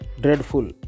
Dreadful